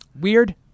weird